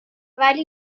ولی